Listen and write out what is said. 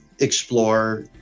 explore